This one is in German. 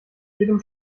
jedem